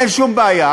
אין שום בעיה,